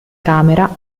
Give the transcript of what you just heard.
camera